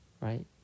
right